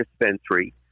dispensary